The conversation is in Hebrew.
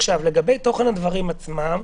לגבי תוכן הדברים עצמם,